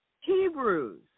Hebrews